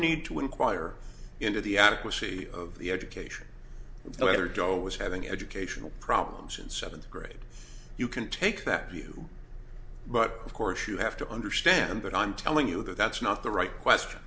need to enquire into the adequacy of the education whether joel was having educational problems in seventh grade you can take that view but of course you have to understand that i'm telling you that that's not the right question